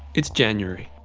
it's january,